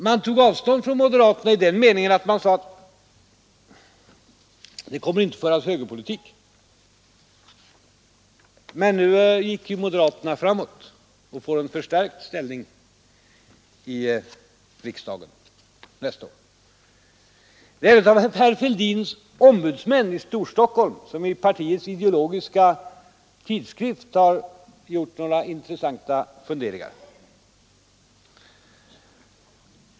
Man tog avstånd från moderaterna i den meningen att man sade att det kommer inte att föras högerpolitik. Men nu gick ju moderaterna framåt och får en förstärkt ställning i riksdagen nästa år. En av herr Fälldins ombudsmän i Storstockholm har i partiets ideologiska tidskrift gjort några intressanta funderingar.